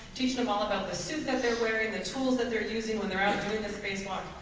teaching them all about the suit that they're wearing. the tools that they're using when they're out doing the spacewalk.